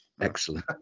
Excellent